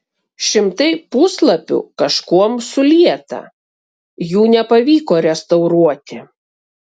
šimtai puslapių kažkuom sulieta jų nepavyko restauruoti